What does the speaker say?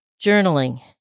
journaling